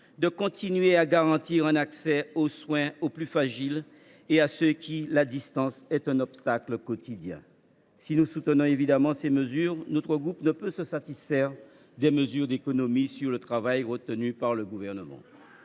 de continuer à garantir un accès aux soins aux plus fragiles et à ceux pour qui la distance est un obstacle quotidien. Si nous soutenons évidemment de telles dispositions, notre groupe ne peut se satisfaire des mesures d’économies sur le travail qui ont été retenues par le Gouvernement.